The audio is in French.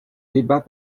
débat